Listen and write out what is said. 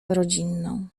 rodzinną